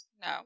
No